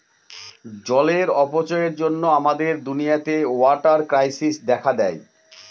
জলের অপচয়ের জন্য আমাদের দুনিয়াতে ওয়াটার ক্রাইসিস দেখা দেয়